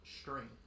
string